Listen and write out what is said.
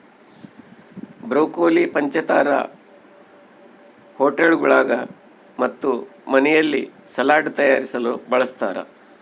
broccoli ಪಂಚತಾರಾ ಹೋಟೆಳ್ಗುಳಾಗ ಮತ್ತು ಮನೆಯಲ್ಲಿ ಸಲಾಡ್ ತಯಾರಿಸಲು ಬಳಸತಾರ